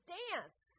dance